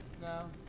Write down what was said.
No